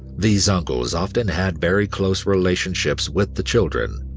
these uncles often had very close relationships with the children,